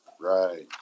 Right